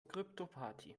kryptoparty